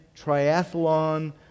Triathlon